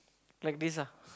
like this ah